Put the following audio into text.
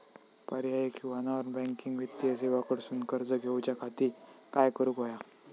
पर्यायी किंवा non banking वित्तीय सेवा कडसून कर्ज घेऊच्या खाती काय करुक होया?